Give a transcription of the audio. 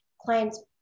clients